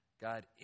God